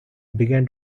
began